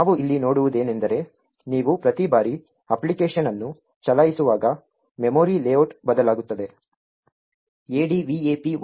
ಆದ್ದರಿಂದ ನಾವು ಇಲ್ಲಿ ನೋಡುವುದೇನೆಂದರೆ ನೀವು ಪ್ರತಿ ಬಾರಿ ಅಪ್ಲಿಕೇಶನ್ ಅನ್ನು ಚಲಾಯಿಸುವಾಗ ಮೆಮೊರಿ ಲೇಔಟ್ ಬದಲಾಗುತ್ತದೆ